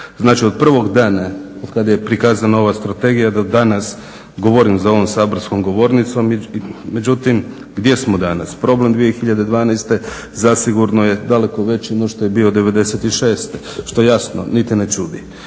Znači, od prvog dana od kada je prikazana ova strategija do danas govorim za ovom saborskom govornicom, međutim gdje smo danas? Problem 2012. zasigurno je daleko veći no što je bio '96., što jasno niti ne čudi.